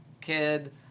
kid